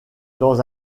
dans